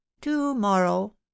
to-morrow